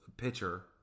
Pitcher